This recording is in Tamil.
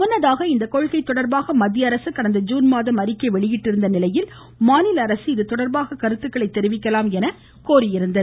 முன்னதாக இக் கொள்கை தொடர்பாக மத்திய அரசு கடந்த ஜுன் மாதம் அறிக்கை வெளியிட்டு இருந்த நிலையில் மாநில அரசு இது தொடர்பாக கருத்துக்களை தெரிவிக்கலாம் என கோரியிருந்தது